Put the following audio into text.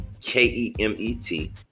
K-E-M-E-T